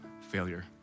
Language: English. failure